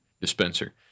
dispenser